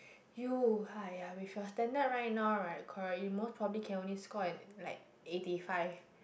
you !aiya! with your standard right now right correct you most probably can only score an like eighty five